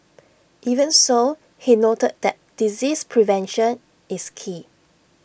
even so he noted that disease prevention is key